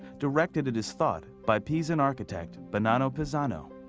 directed it is thought, by pisan architect, bonnano pisano.